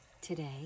Today